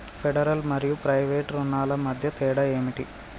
Federal మరియు private రుణాల మధ్య తేడా ఏమిటి?